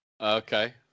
Okay